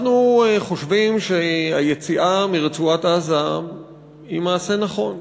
אנחנו חושבים שהיציאה מרצועת-עזה היא מעשה נכון,